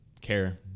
care